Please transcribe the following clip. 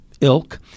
ilk